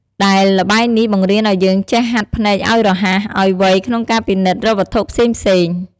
ដែលល្បែងនេះបង្រៀនឲ្យយើងចេះហាត់ភ្នែកឲ្យរហ័ស ឲ្យវៃក្នុងការពិនិត្យរកវត្ថុផ្សេងៗ។